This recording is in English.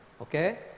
okay